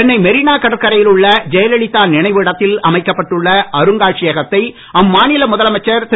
சென்னை மெரினா கடற்கரையில் உள்ள ஜெயலலிதா நினைவு இடத்தில் அமைக்கப்பட்டுள்ள அருங்காட்சியகத்தை அம்மாநில முதலமைச்சர் திரு